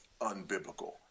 unbiblical